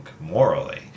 morally